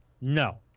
No